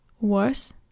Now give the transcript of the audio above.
Worse